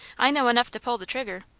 i know enough to pull the trigger.